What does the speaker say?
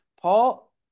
Paul